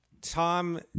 Tom